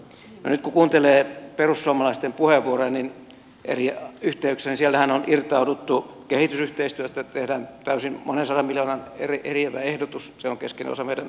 no nyt kun kuuntelee perussuomalaisten puheenvuoroja eri yhteyksissä niin siellähän on irtauduttu kehitysyhteistyöstä tehdään monen sadan miljoonan täysin eriävä ehdotus joka on keskeinen osa meidän ulkopolitiikkaamme